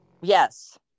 Yes